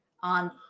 on